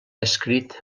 escrit